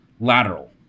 lateral